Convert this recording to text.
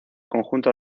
conjunto